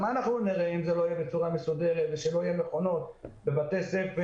מה אנחנו נראה אם זה לא יהיה בצורה מסודרת ואם לא יהיו מכונות בבתי ספר,